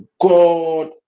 God